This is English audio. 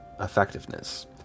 effectiveness